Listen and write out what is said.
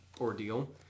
ordeal